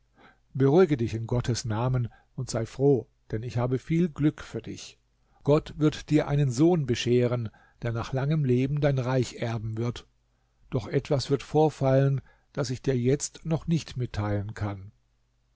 beruhige dich in gottes namen und sei froh denn ich habe viel glück für dich gott wird dir einen sohn bescheren der nach langem leben dein reich erben wird doch etwas wird vorfallen das ich dir jetzt noch nicht mitteilen kann